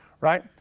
right